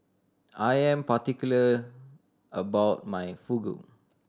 I am particular about my Fugu